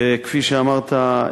כפי שאמרת,